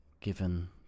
given